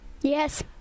Yes